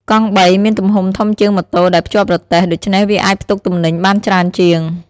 កង់បីមានទំហំធំជាងម៉ូតូដែលភ្ជាប់រទេះ ដូច្នេះវាអាចផ្ទុកទំនិញបានច្រើនជាង។